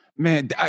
Man